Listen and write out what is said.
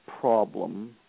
problem